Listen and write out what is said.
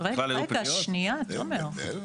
רגע, תומר.